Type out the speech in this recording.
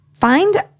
find